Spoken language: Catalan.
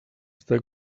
està